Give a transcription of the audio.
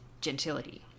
gentility